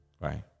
Right